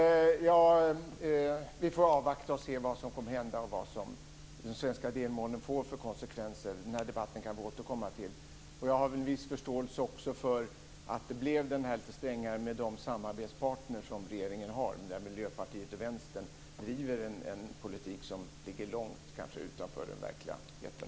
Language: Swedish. Fru talman! Vi får avvakta och se vad som kommer att hända och vad de svenska delmålen får för konsekvenser. Den här debatten kan vi återkomma till. Jag har också en viss förståelse för att delmålen blev lite strängare med de samarbetspartner som regeringen har, när Miljöpartiet och Vänstern driver en politik som ligger långt utanför verkligheten.